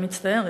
אני מצטערת.